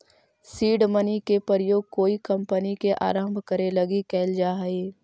seed money के प्रयोग कोई कंपनी के आरंभ करे लगी कैल जा हई